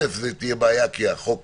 דבר ראשון, זו תהיה בעיה, כי החוק